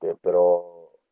pero